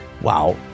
Wow